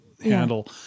handle